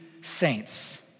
saints